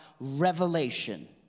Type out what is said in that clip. revelation